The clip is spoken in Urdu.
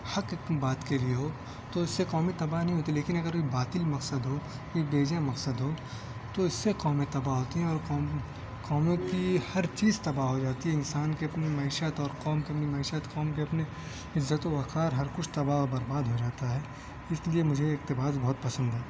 حق کی بات کے لیے ہو تو اس سے قومیں تباہ نہیں ہوتیں لیکن اگر کوئی باطل مقصد ہو کوئی بیجا مقصد ہو تو اس سے قومیں تباہ ہوتی ہیں اور قوم قوموں کی ہر چیز تباہ ہوجاتی ہے انسان کی اپنی معیشت اور قوم کی بھی معیشت قوم کی اپنی عزت و وقار ہر کچھ تباہ و برباد ہوجاتا ہے اس لیے مجھے یہ اقتباس بہت پسند ہے